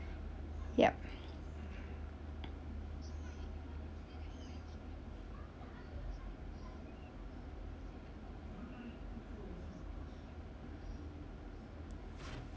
yup